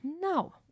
no